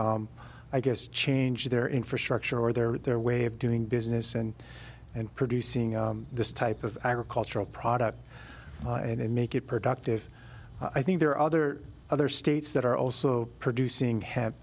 i guess change their infrastructure or their way of doing business and and producing this type of agricultural product and make it productive i think there are other other states that are also producing have